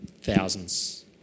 thousands